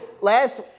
last